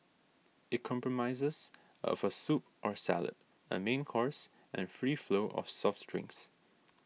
it comprises of a soup or salad a main course and free flow of soft drinks